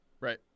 Right